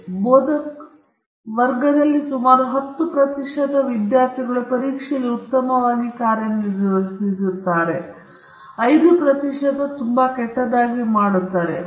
ಆದ್ದರಿಂದ ಬೋಧಕರಿಗೆ ಹೇಳಬಹುದು ಈ ವರ್ಗದಲ್ಲಿ ಸುಮಾರು 10 ಪ್ರತಿಶತದಷ್ಟು ವಿದ್ಯಾರ್ಥಿಗಳು ಪರೀಕ್ಷೆಯಲ್ಲಿ ಉತ್ತಮವಾಗಿ ಕಾರ್ಯನಿರ್ವಹಿಸುತ್ತಾರೆ 5 ವರ್ಗದವರು ತುಂಬಾ ಕೆಟ್ಟದಾಗಿ ಮಾಡುತ್ತಾರೆ